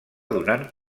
donant